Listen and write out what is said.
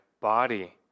body